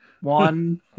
One